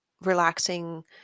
relaxing